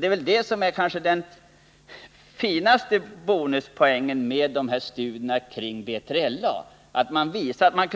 Det är väl egentligen de finaste bonuspoängen som studierna om B3LA har gett. Man